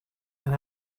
and